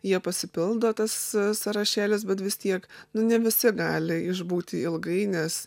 jie pasipildo tas sąrašėlis bet vis tiek nu ne visi gali išbūti ilgai nes